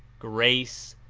grace,